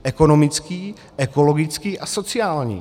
Ekonomický, ekologický a sociální.